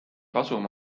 kasum